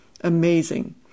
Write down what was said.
Amazing